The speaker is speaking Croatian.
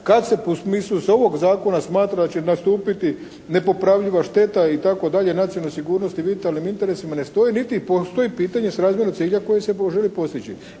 kad se po smislu iz ovog zakona smatra da će nastupiti nepopravljiva šteta itd. nacionalnoj sigurnosti, vitalnim interesima ne stoji, niti postoji pitanje srazmjerno ciljevima koji se žele postići.